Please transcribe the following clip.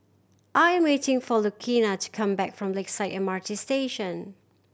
I am waiting for Lucina to come back from Lakeside M R T Station